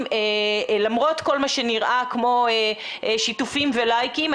למרות כל מה שנראה כמו שיתופים ולייקים.